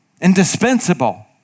indispensable